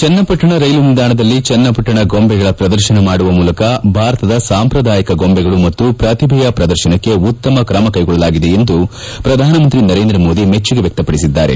ಚನ್ನಪಟ್ಷಣ ರೈಲು ನಿಲ್ದಾಣದಲ್ಲಿ ಚನ್ನಪಟ್ಷಣ ಗೊಂಬೆಗಳ ಪ್ರದರ್ಶನ ಮಾಡುವ ಮೂಲಕ ಭಾರತದ ಸಾಂಪ್ರದಾಯಿಕ ಗೊಂಬೆಗಳು ಮತ್ತು ಪ್ರತಿಭೆಯ ಪ್ರದರ್ಶನಕ್ಕೆ ಉತ್ತಮ ಕ್ರಮ ಕೈಗೊಳ್ಳಲಾಗಿದೆ ಎಂದು ಪ್ರಧಾನಮಂತ್ರಿ ನರೇಂದ್ರ ಮೋದಿ ಮೆಚ್ಚುಗೆ ವ್ಯಕ್ತಪಡಿಸಿದ್ದಾರೆ